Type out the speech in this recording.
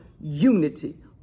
unity